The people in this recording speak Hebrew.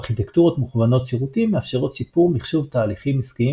ארכיטקטורות מוכוונות שירותים מאפשרות שיפור מחשוב תהליכים עסקיים